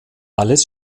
alles